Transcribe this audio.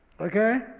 Okay